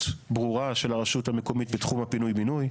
ברורה של הרשות המקומית בתחום הפינוי בינוי.